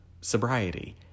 sobriety